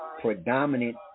predominant